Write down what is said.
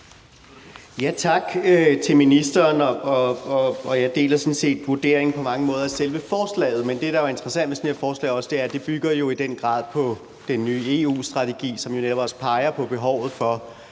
set på mange måder vurderingen af selve forslaget, men det, der er interessant med sådan et forslag her, er jo også, at det i den grad bygger på den nye EU-strategi, som netop også peger på behovet for